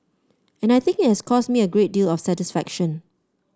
and I think it has caused me a great deal of satisfaction